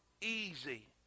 easy